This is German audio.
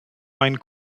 meinen